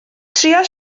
trïa